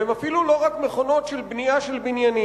והם אפילו לא רק מכונות של בנייה של בניינים.